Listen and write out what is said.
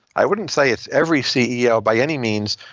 i wouldn't say it's every ceo by any means,